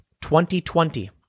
2020